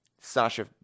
Sasha